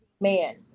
man